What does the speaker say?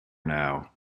now